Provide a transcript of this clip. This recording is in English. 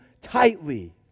tightly